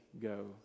go